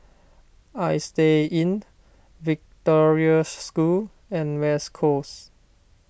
Istay Inn Victoria School and West Coast